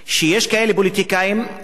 הם אומרים שדרום תל-אביב,